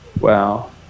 Wow